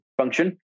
function